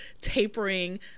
tapering